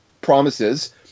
promises